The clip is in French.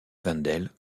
wendel